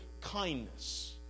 Kindness